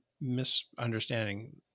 misunderstanding